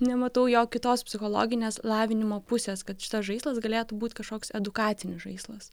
nematau jo kitos psichologinės lavinimo pusės kad šitas žaislas galėtų būt kažkoks edukacinis žaislas